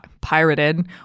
pirated